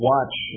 Watch